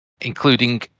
including